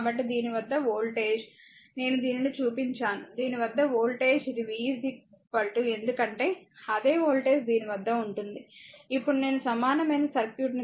కాబట్టి దీని వద్ద వోల్టేజ్ నేను దీనిని చూపించాను దీని వద్ద వోల్టేజ్ ఇది v ఎందుకంటే అదే వోల్టేజ్ దీని వద్ద ఉంటుంది ఇప్పుడు నేను సమానమైన సర్క్యూట్ను గీస్తాను